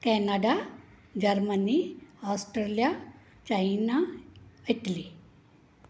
Canada Germany Australia China Italy